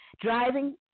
Driving